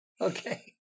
Okay